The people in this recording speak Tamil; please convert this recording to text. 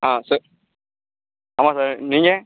ஆ ஆமாம் சார் நீங்கள்